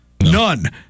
none